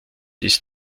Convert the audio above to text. ist